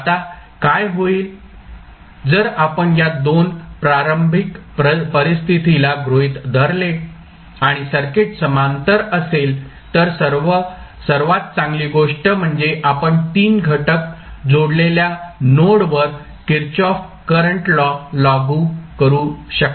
आता काय होईल जर आपण या दोन प्रारंभिक परिस्थितीला गृहित धरले आणि सर्किट समांतर असेल तर सर्वात चांगली गोष्ट म्हणजे आपण तीन घटक जोडलेल्या नोड वर किर्चहोफ करंट लॉ लागू करू शकता